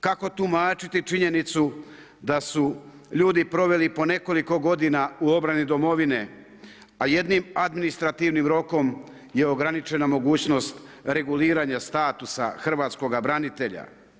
Kako tumačiti činjenicu, da su ljudi proveli po nekoliko godina u obrani domovine, a jednim administrativnim rokom je ograničena mogućnost reguliranje statusa hrvatskoga branitelja.